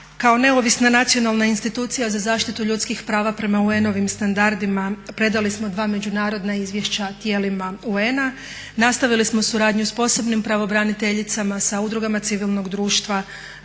Kao neovisna nacionalna institucija za zaštitu ljudskih prava prema UN-ovim standardima predali smo dva međunarodna izvješća tijelima UN-a, nastavili smo suradnju s posebnim pravobraniteljicama, sa udrugama civilnog društva,